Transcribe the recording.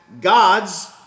Gods